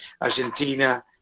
Argentina